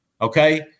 okay